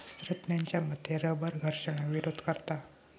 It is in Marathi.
शास्त्रज्ञांच्या मते रबर घर्षणाक विरोध करता